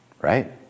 Right